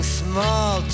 small